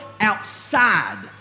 outside